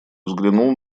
взглянул